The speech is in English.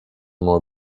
more